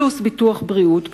פלוס ביטוח בריאות,